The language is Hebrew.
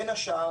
בין השאר,